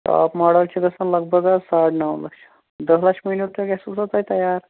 top model چھِ گژھان لگ بگ حظ ساڑ نَو لَچھ دہ لَچھ مٲنِو تُہۍ گژھِو سا تۄہہِ تیار